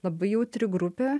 labai jautri grupė